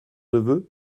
neveu